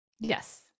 Yes